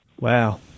Wow